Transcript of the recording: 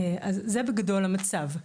אז זה בגדול המצב.